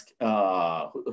ask